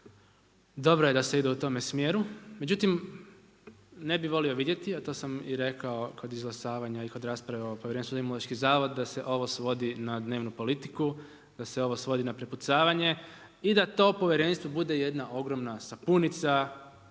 Dobro je da se ide u tome smjeru. Međutim, ne bih volio vidjeti, a to sam i rekao kod izglasavanja i kod rasprave o Povjerenstvu za Imunološki zavod da se ovo svodi na dnevnu politiku, da se ovo svodi na prepucavanje i da to povjerenstvo bude jedna ogromna sapunica